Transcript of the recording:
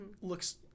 looks